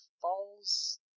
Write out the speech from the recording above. falls